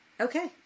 Okay